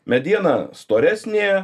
mediena storesnė